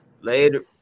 Later